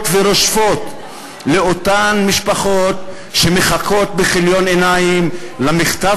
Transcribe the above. ורושפות לאותן משפחות שמחכות בכיליון עיניים למכתב